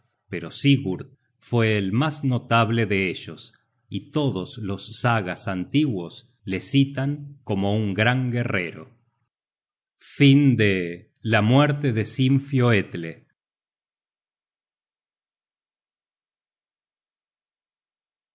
pero sigurd fue el mas notable de ellos y todos los sagas antiguos le citan como un gran guerrero